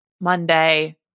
Monday